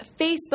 Facebook